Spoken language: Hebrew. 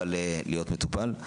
אבל להיות מטופל.